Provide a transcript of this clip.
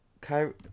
Kyrie